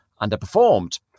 underperformed